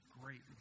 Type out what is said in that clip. great